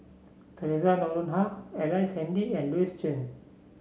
Theresa Noronha Ellice Handy and Louis Chen